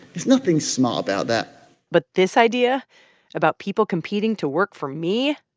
there's nothing smart about that but this idea about people competing to work for me,